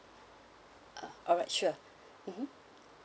uh alright sure mmhmm